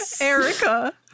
Erica